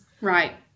Right